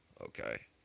Okay